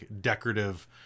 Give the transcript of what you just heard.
decorative